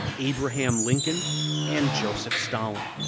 abraham lincoln and joseph stalin.